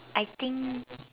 I think